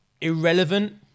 Irrelevant